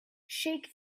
shake